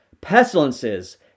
pestilences